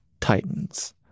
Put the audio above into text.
titans